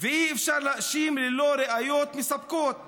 ואי-אפשר להאשים ללא ראיות מספקות.